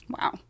Wow